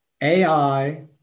AI